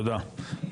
תודה.